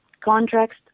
contracts